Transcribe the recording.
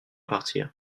partir